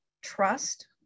trust